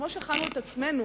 כמו שהכנו את עצמנו